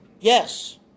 Yes